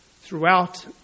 throughout